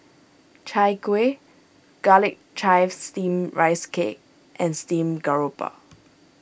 Chai Kueh Garlic Chives Steamed Rice Cake and Steamed Garoupa